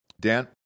Dan